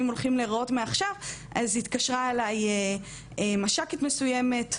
הולכים להיראות מעכשיו אז התקשרה אליי מש"קית מסוימת,